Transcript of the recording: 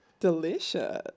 Delicious